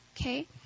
okay